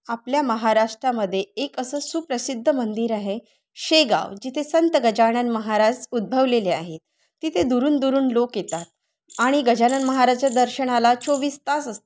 आपल्या महाराष्ट्रामध्ये एक असं सुप्रसिद्ध मंदिर आहे शेगाव जिथे संत गजानन महाराज उद्भवलेले आहेत तिथे दुरून दुरून लोक येतात आणि गजानन महाराजच्या दर्शनाला चोवीस तास असतात